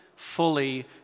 fully